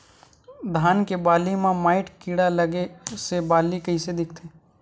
धान के बालि म माईट कीड़ा लगे से बालि कइसे दिखथे?